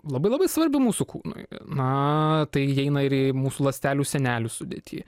labai labai svarbi mūsų kūnui na tai įeina į mūsų ląstelių sienelių sudėtį